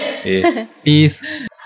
peace